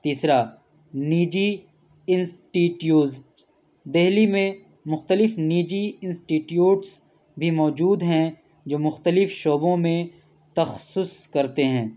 تیسرا نجی انسٹیٹیوٹس دہلی میں مختلف نجی انسٹیٹیوٹس بھی موجود ہیں جو مختلف شعبوں میں تخصص کرتے ہیں